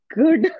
good